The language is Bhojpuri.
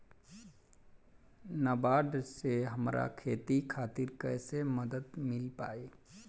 नाबार्ड से हमरा खेती खातिर कैसे मदद मिल पायी?